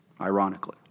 ironically